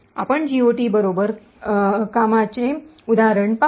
आपण जीओटी बरोबर काम करण्याचे उदाहरण पाहू